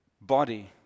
body